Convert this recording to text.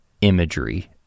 imagery